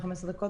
ב"15 דקות",